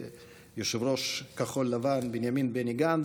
ויושב-ראש כחול לבן בנימין בני גנץ,